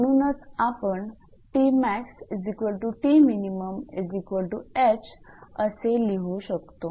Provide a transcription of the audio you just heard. म्हणूनच आपण असे लिहू शकतो